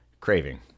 craving